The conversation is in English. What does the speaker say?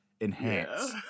Enhance